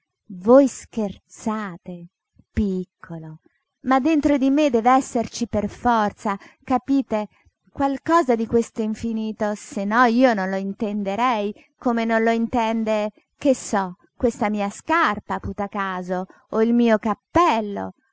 voi scherzate piccolo ma dentro di me dev'esserci per forza capite qualcosa di quest'infinito se no io non lo intenderei come non lo intende che so questa mia scarpa putacaso o il mio cappello